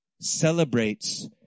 celebrates